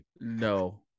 no